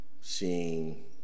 seeing